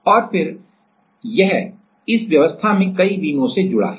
और फिर यह इस व्यवस्था में कई बीमों से जुड़ा है